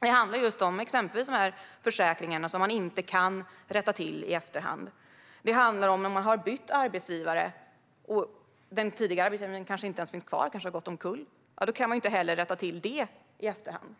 Det handlar exempelvis om de här försäkringarna som man inte kan rätta till i efterhand. Det handlar om när man har bytt arbetsgivare och den tidigare arbetsgivaren kanske har gått omkull och inte ens finns kvar. Då kan man inte heller rätta till felet i efterhand.